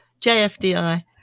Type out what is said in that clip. jfdi